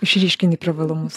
išryškini privalumus